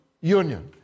Union